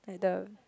like the